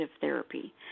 therapy